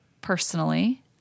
personally